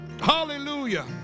Hallelujah